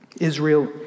Israel